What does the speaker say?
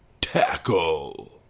Tackle